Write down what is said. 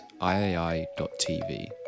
iai.tv